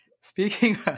speaking